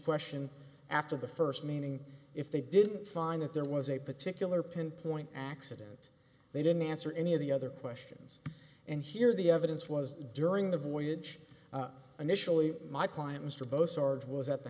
question after the first meaning if they didn't find that there was a particular pinpoint accident they didn't answer any of the other questions and here the evidence was during the voyage initially my clients to both sarge was at the